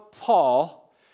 Paul